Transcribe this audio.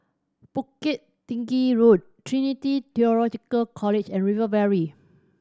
Bukit Tinggi Road Trinity Theological College and River Valley